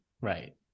right